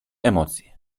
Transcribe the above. emocje